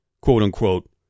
quote-unquote